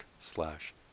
slash